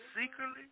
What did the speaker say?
Secretly